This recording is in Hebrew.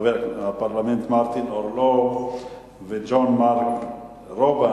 חבר הפרלמנט מארטין אוריאק וז'אן-מארק רובו.